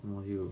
什么 hill